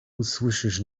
usłyszysz